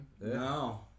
No